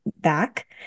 back